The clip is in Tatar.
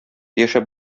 яшәп